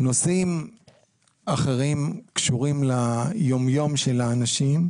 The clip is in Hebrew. בנושאים אחרים שקשורים ליומיום של האנשים